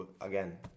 again